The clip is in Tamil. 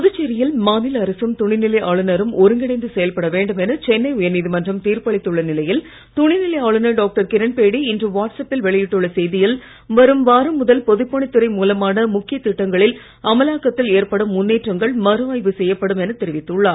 புதுச்சேரியில் மாநில அரசும் துணைநிலை ஆளுநரும் ஒருங்கிணைந்து செயல்பட வேண்டும் என சென்னை உயர்நீதிமன்றம் தீர்ப்பளித்துள்ள நிலையில் துணைநிலை ஆளுநர் டாக்டர் கிரண்பேடி இன்று வாட்ஸ்அப்பில் வெளியிட்டுள்ள செய்தியில் வரும் வாரம் முதல் பொதுப்பணித்துறை மூலமான முக்கியத் திட்டங்களின் அமலாக்கத்தில் ஏற்படும் முன்னேற்றங்கள் மறு ஆய்வு செய்யப்படும் என தெரிவித்துள்ளார்